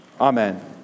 Amen